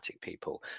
people